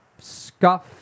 scuff